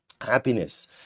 happiness